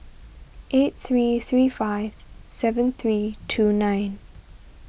eight three three five seven three two nine